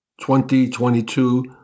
2022